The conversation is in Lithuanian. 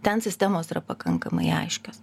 ten sistemos yra pakankamai aiškios